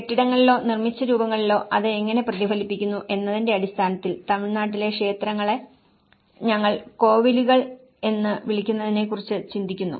കെട്ടിടങ്ങളിലോ നിർമ്മിച്ച രൂപങ്ങളിലോ അത് എങ്ങനെ പ്രതിഫലിക്കുന്നു എന്നതിന്റെ അടിസ്ഥാനത്തിൽ തമിഴ്നാട്ടിലെ ക്ഷേത്രങ്ങളെ ഞങ്ങൾ കോവിലുകൾ എന്ന് വിളിക്കുന്നതിനെക്കുറിച്ച് ചിന്തിക്കുന്നു